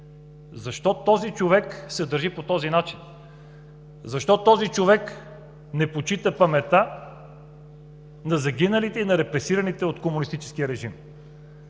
Защо този човек се държи по такъв начин? Защо този човек не почита паметта на загиналите и на репресираните от комунистическия режим?“